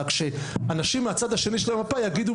רק שאנשים מהצד השני של המפה יגידו